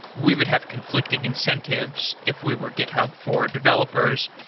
we would have conflicting incentives if we were github for developers.